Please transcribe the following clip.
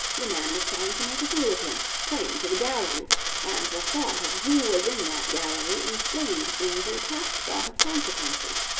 the man was trying to make a fool of him, playing to the gallery and the thought of who was in that gallery inflamed ginger past thought of consequences.